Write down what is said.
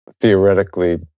theoretically